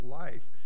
life